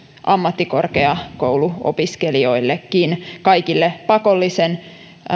ammattikorkeakouluopiskelijoillekin siis kaikille pakollisen